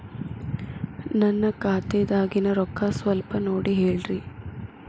ನನ್ನ ಖಾತೆದಾಗಿನ ರೊಕ್ಕ ಸ್ವಲ್ಪ ನೋಡಿ ಹೇಳ್ರಿ